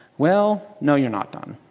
well no, you're not done.